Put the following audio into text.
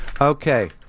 Okay